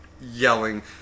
yelling